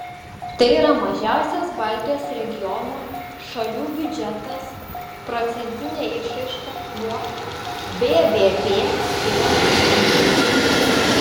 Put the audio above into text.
tai yra mažiausias baltijos regiono šalių biudžetas procentine išraiška nuo bvp skiriamas gynybai